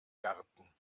garten